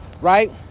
Right